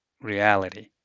reality